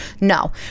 No